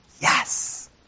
yes